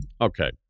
okay